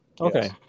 Okay